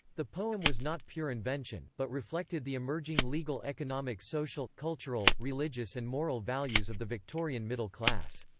the poem was not pure invention, but reflected the emerging legal economic social, cultural, religious and moral values of the victorian middle-class.